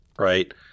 right